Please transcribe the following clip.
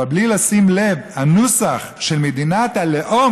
אבל בלי לשים לב הנוסח של מדינת הלאום